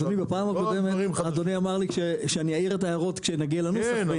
אדוני בפעם הקודמת אדוני אמר לי שאני אעיר את ההערות כשנגיע לנוסח.